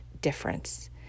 difference